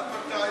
עד מתי?